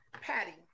Patty